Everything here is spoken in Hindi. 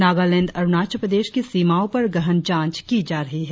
नागालैंड अरुणाचल प्रदेश की सीमाओं पर गहन जांच की जा रही है